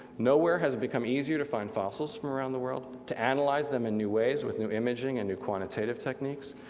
nowhere has it become easier to find fossils from around the world, to analyze them in new ways with new imaging and new quantitative techniques,